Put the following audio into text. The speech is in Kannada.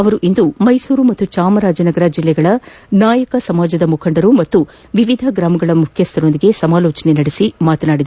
ಅವರು ಇಂದು ಮೈಸೂರು ಮತ್ತು ಚಾಮರಾಜನಗರ ಜಿಲ್ಲೆಗಳ ನಾಯಕ ಸಮಾಜದ ಮುಖಂಡರು ಹಾಗೂ ವಿವಿಧ ಗ್ರಾಮಗಳ ಮುಖಂಡರೊಂದಿಗೆ ಸಮಾಲೋಚನೆ ನಡೆಸಿ ಮಾತನಾದಿ